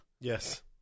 Yes